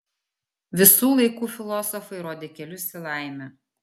visų laikų filosofai rodė kelius į laimę